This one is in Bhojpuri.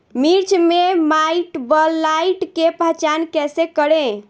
मिर्च मे माईटब्लाइट के पहचान कैसे करे?